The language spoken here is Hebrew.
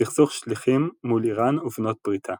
סכסוך שליחים מול איראן ובנות בריתה